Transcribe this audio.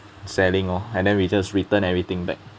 selling lor and then we just return everything back